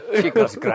Chicos